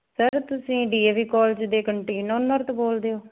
sir ਤੁਸੀਂ DAV college ਦੇ canteen owner ਬੋਲਦੇ ਹੋ